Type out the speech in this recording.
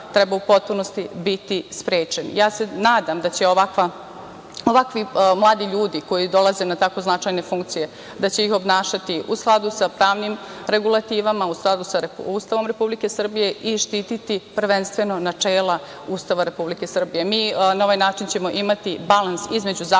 treba u potpunosti biti sprečeni. Ja se nadam da će ovakvi mladi ljudi koji dolaze na tako značajne funkcije, da će ih obnašati u skladu sa pravnim regulativama u skladu sa Ustavom Republike Srbije i štititi prvenstveno načela Ustava Republike Srbije. Mi ćemo na ovaj način imati balans između zakonodavne